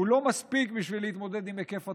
הוא לא מספיק בשביל להתמודד עם היקף התופעה,